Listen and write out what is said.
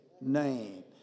Name